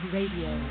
Radio